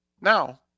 Now